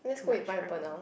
too much pineapple